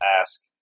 ask